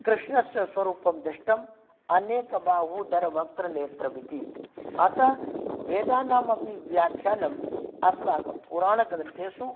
कृष्णस्य स्वरूपं दृष्टम् अनेक बाहूदरवक्त्रनेत्रम् इति अतः वेदानाम् अपि व्याख्यानम् अस्माकं पुराणग्रन्थेषु